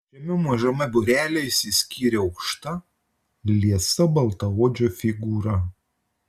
šiame mažame būrelyje išsiskyrė aukšta liesa baltaodžio figūra